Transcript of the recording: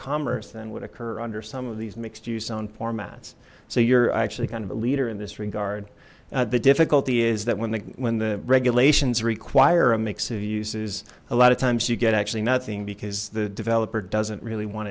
commerce then would occur under some of these mixed use zone formats so you're actually kind of a leader in this regard the difficulty is that when the when the regulations require a mix of uses a lot of times you get actually nothing because the developer doesn't really